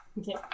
Okay